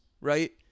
right